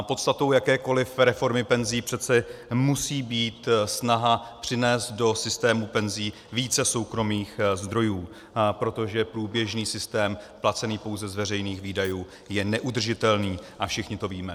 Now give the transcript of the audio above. Podstatou jakékoliv reformy penzí přece musí být snaha přinést do systému penzí více soukromých zdrojů, protože průběžný systém placený pouze z veřejných výdajů je neudržitelný, a všichni to víme.